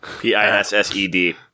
P-I-S-S-E-D